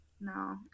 No